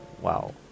wow